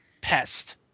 Pest